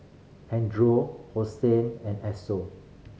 Andre Hosen and Esso